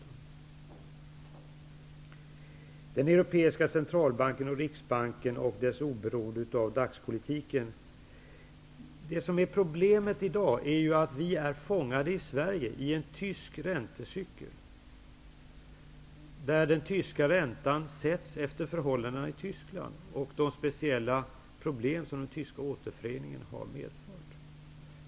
Johan Lönnroth talade om den europeiska centralbanken och om Riksbanken och dess oberoende av dagspolitiken. Problemet i dag är att vi i Sverige är fångade i en tysk räntecykel. Den tyska räntan sätts efter förhållandena i Tyskland och efter de speciella problem som den tyska återföreningen har medfört.